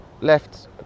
left